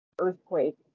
earthquake